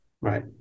right